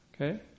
okay